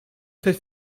fait